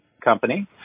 company